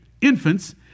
infants